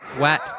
wet